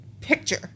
picture